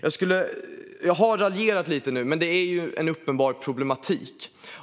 Jag har raljerat lite grann nu. Men detta är en uppenbar problematik.